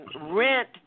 rent